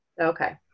Okay